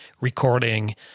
recording